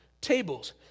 tables